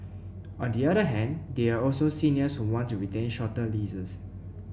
on the other hand there are also seniors who want to retain shorter leases